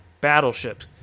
battleship